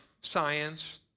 science